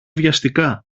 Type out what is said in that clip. βιαστικά